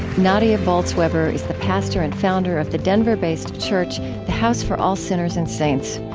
nadia bolz-weber is the pastor and founder of the denver-based church the house for all sinners and saints.